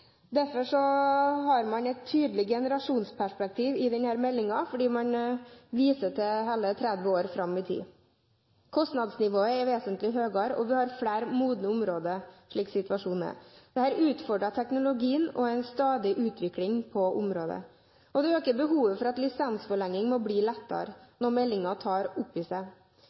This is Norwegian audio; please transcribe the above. har man et tydelig generasjonsperspektiv i denne meldingen når man viser til hele 30 år fram i tid. Kostnadsnivået er vesentlig høyere, og man har flere modne områder, slik situasjonen er. Dette utfordrer teknologien og en stadig utvikling på området. Det øker behovet for at lisensforlenging må bli lettere, noe meldingen tar opp i seg.